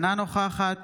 אינה נוכחת